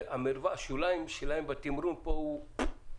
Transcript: השוליים שלהם בתמרון כאן הוא לא גדול.